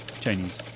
Chinese